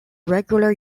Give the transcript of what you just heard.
regular